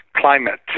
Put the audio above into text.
climate